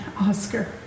Oscar